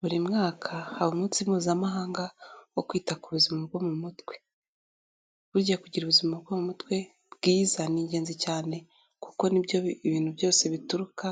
Buri mwaka haba umunsi mpuzamahanga wo kwita ku buzima bwo mu mutwe. Burya kugira ubuzima bwo mu mutwe bwiza ni ingenzi cyane kuko ni byo ibintu byose bituruka,